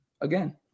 again